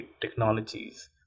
technologies